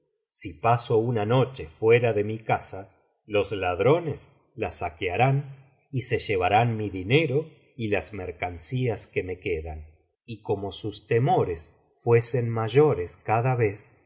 si paso una noche fuera de mi casa los ladrones la saquearán y se llevarán mi dinero y las mercancías que me quedan y como sus temores fuesen mayores cada vez